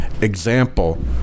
example